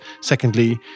Secondly